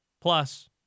Plus